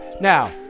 Now